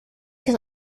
can